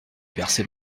bercé